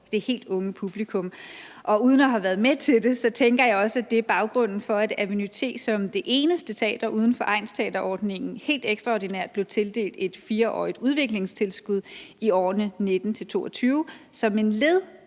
det helt unge publikum, og uden at have været med til det tænker jeg også, at det er baggrunden for, at Aveny-T som det eneste teater uden for egnsteaterordningen helt ekstraordinært blev tildelt et 4-årigt udviklingstilskud i årene 2019-2022 som et led